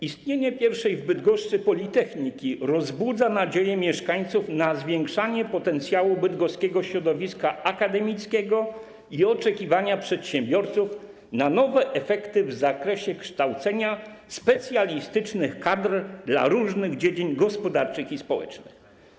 Istnienie pierwszej w Bydgoszczy politechniki rozbudza nadzieje mieszkańców na zwiększanie potencjału bydgoskiego środowiska akademickiego i oczekiwania przedsiębiorców na nowe efekty w zakresie kształcenia specjalistycznych kadr dla różnych dziedzin gospodarczych i społecznych.